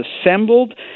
assembled